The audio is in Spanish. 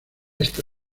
esta